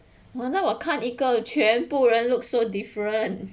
!wah! 那个我看全部人 looks so different